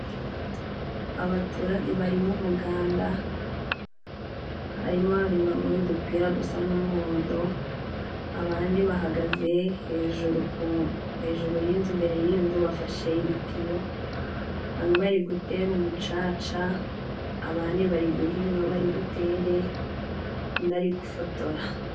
Abaturage bari mu umuganda, harimo babiri bambaye udupira dusa n'umuhondo, abandi bahagaze hejuru, hejuru y'inzu. imbere y'i nzu bafashe ibitiyo bari gutera umucaca abandi bari guhinga bari butere, undi ari gufotora.